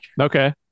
Okay